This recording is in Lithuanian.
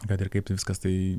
kad ir kaip viskas tai